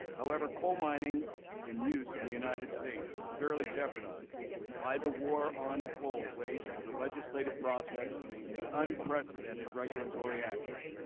however, coal mining and use in the united states is severely jeopardized by the war on coal waged through the legislative process and the unprecedented regulatory actions.